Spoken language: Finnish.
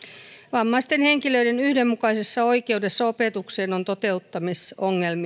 vammaisten henkilöiden yhdenmukaisessa oikeudessa opetukseen on toteuttamisongelmia